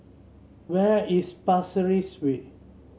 where is Pasir Ris Way